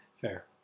Fair